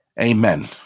amen